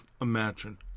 imagine